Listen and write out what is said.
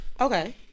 Okay